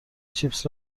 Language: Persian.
چیپس